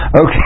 Okay